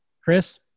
Chris